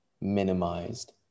minimized